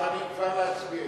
אנחנו מוכנים כבר להסביר.